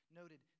noted